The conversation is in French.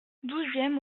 douzième